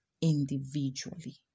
individually